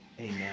amen